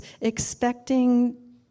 expecting